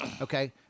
Okay